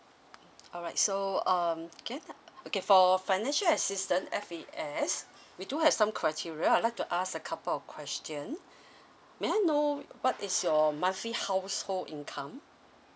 alright so um can I okay for financial assistance F_A_S we do have some criteria I'd like to ask a couple of questions may I know what is your monthly household income